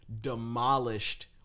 demolished